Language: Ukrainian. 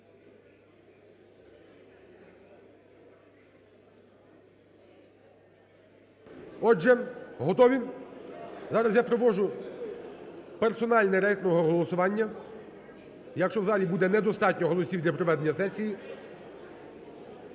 Отже, готові? Зараз я проводжу персональне рейтингове голосування. Якщо у залі буде недостатньо голосів для проведення сесії,